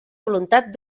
voluntat